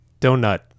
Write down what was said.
Donut